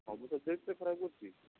ସବୁ ସବଜେକ୍ଟରେ ଖରାପ କରିଛି